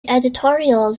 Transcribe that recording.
editorials